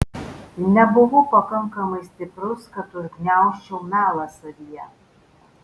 nebuvau pakankamai stiprus kad užgniaužčiau melą savyje